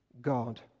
God